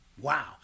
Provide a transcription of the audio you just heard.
Wow